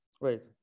Right